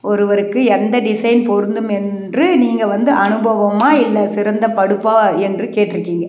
ஒருவருக்கு எந்த டிசைன் பொருந்தும் என்று நீங்கள் வந்து அனுபவமா இல்லை சிறந்த படிப்பா என்று கேட்டுருக்கிங்க